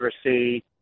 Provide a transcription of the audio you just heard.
accuracy